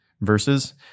verses